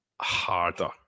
harder